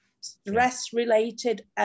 Stress-related